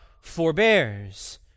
forbears